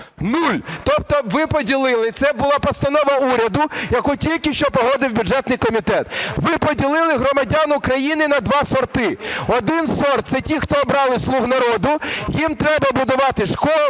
Нуль! Тобто ви поділили, це була постанова уряду, яку тільки що погодив бюджетний комітет. Ви поділили громадян України на два сорти: один сорт – це ті, хто обрали "слуг народу", їм треба будувати школи,